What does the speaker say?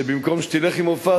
שבמקום שתלך עם מופז,